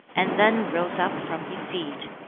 and then rose up from his seat.